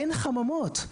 אין חממות,